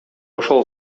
ошол